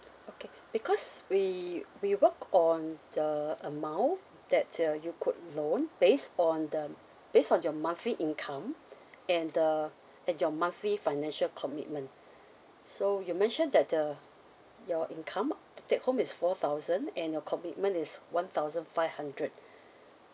okay because we we work on the amount that uh you could loan based on the based on your monthly income and uh and your monthly financial commitment so you mentioned that uh your income take home is four thousand and your commitment is one thousand five hundred